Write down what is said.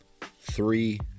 Three